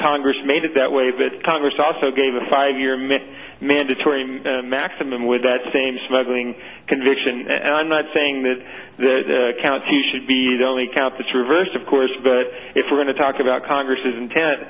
congress made it that way that congress also gave a five year mitt mandatory maximum with that same smuggling conviction and i'm not saying that the county should be the only count this reversed of course but if we're going to talk about congress's intent